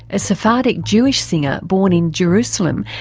a sephardic jewish singer born in jerusalem,